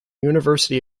university